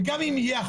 וגם אם יהיה,